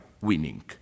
winning